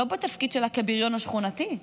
לא בתפקיד שלה כבריון השכונתי.